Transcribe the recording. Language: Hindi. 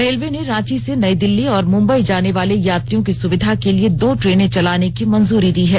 रेलवे ने रांची से नई दिल्ली और मुम्बई जाने वाले यात्रियों की सुविधा के लिए दो ट्रेनें चलाने की मंजूरी दी हैं